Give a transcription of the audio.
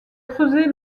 creusés